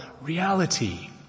reality